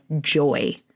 joy